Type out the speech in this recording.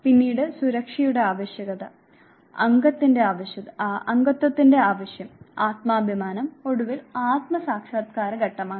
പിന്നീട് സുരക്ഷയുടെ ആവശ്യകത അംഗത്വത്തിന്റെ ആവശ്യം ആത്മാഭിമാനം ഒടുവിൽ ആത്മ സാക്ഷാത്കാര ഘട്ടമാണ്